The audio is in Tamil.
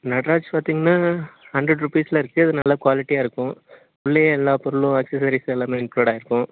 நட்ராஜ் பார்த்தீங்கன்னா ஹண்ட்ரட் ருப்பீஸில் இருக்குது அது நல்ல குவாலிட்டியா இருக்கும் உள்ளேயே எல்லா பொருளும் ஆக்ஸஸரிஸ் எல்லாமே இன்குளுட் ஆகிருக்கும்